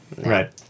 Right